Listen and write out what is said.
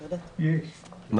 לא.